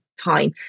time